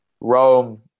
Rome